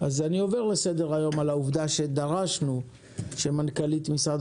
אני עובר לסדר היום על העובדה שדרשנו שמנכ"לית משרד